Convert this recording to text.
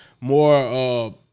More